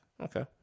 Okay